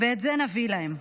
ואת זה נביא להם.